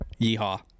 Yeehaw